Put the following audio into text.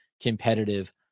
competitive